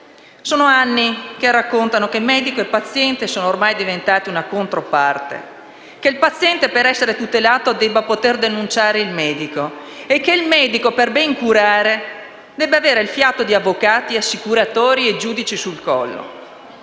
Sono anni che raccontano che medico e paziente sono ormai diventati le controparti; che il paziente, per essere tutelato, deve poter denunciare il medico; e che il medico, per ben curare, deve avere sul collo il fiato di avvocati, assicuratori e giudici. E così